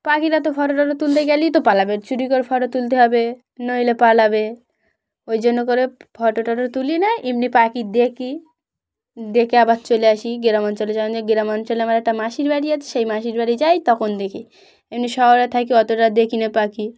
পাখিরা তো ফটো টটো তুলতে গেলেই তো পালাবে চুরি করে ফটো তুলতে হবে নইলে পালাবে ওই জন্য করে ফটো টটো তুলি না এমনি পাখি দেখি দেখে আবার চলে আসি গ্রাম অঞ্চলে যেন যে গ্রাম অঞ্চলে আমার একটা মাসির বাড়ি আছে সেই মাসির বাড়ি যাই তখন দেখি এমনি শহরে থাকি অতটা দেখি না পাখি